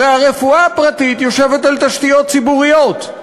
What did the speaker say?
הרי הרפואה הפרטית יושבת על תשתיות ציבוריות.